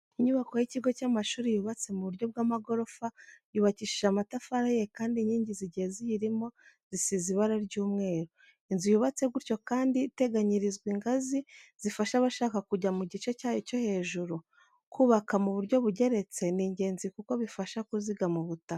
Inyubako y'ikigo cy'amashuri yubatse mu buryo bw'amagorofa, yubakishije amatafari ahiye kandi inkingi zigiye ziyirimo zisize ibara ry'umweru. Inzu yubatse gutyo kandi iteganyirizwa ingazi zifasha abashaka kujya mu gice cyayo cyo hejuru. Kubaka mu buryo bugeretse ni ingenzi kuko bifasha kuzigama ubutaka.